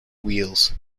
wheels